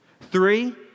Three